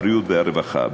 משרד הבריאות ומשרד הרווחה.